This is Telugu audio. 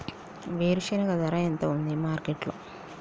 వేరుశెనగ ధర ఎంత ఉంది మార్కెట్ లో?